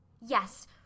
Yes